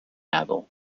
abel